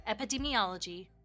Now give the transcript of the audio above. Epidemiology